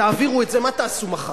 תעבירו את זה, מה תעשו מחר?